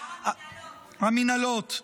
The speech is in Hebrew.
שר המינהלות.